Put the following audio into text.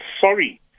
sorry